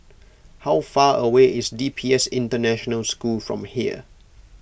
how far away is D P S International School from here